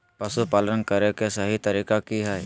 पशुपालन करें के सही तरीका की हय?